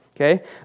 Okay